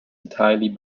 entirely